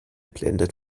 blendet